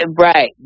Right